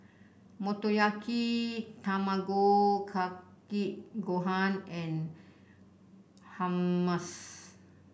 Motoyaki Tamago Kake Gohan and Hummus